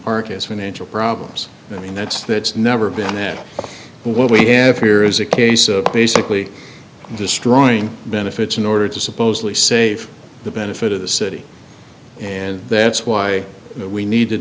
park is financial problems i mean that's that's never been it what we have here is a case of basically destroying benefits in order to supposedly safe the benefit of the city and that's why we need